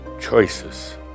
choices